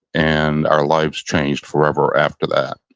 and our lives changed forever after that.